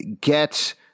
get